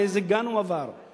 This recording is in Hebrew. לאיזה גן הוא עבר,